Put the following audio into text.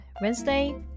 Wednesday